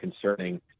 concerning